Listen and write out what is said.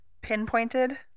pinpointed